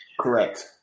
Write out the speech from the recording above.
Correct